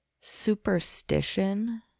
superstition